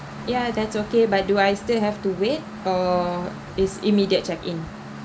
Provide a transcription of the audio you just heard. yeah that's okay but do I still have to wait or is immediate check in